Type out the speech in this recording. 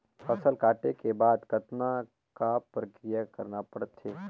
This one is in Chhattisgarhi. फसल काटे के बाद कतना क प्रक्रिया करना पड़थे?